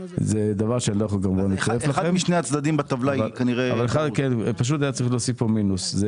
היה צריך להוסיף כאן מינוס.